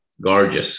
gorgeous